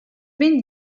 been